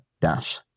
dash